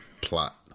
plot